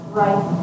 right